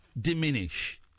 diminish